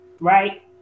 right